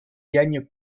gagne